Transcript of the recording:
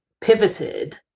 pivoted